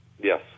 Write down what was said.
Yes